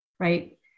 right